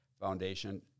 Foundation